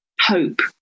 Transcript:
hope